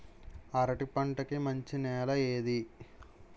అరటి పంట కి మంచి నెల ఏది?